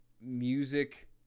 music